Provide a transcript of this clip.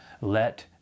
let